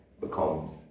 becomes